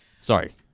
Sorry